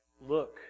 look